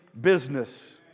business